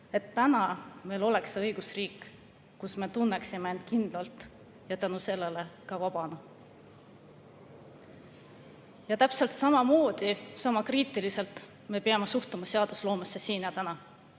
et meil täna oleks õigusriik, kus me tunneksime end kindlalt ja tänu sellele ka vabana. Ja täpselt samamoodi, sama kriitiliselt peame me suhtuma seadusloomesse siin ja täna.